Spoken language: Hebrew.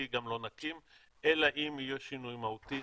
גם לא נקים אלא אם יהיה שינוי מהותי.